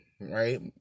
right